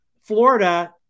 Florida